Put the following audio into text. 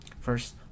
First